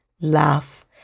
laugh